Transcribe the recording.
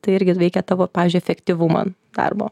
tai irgi veikia tavo pavyzdžiui efektyvumą darbo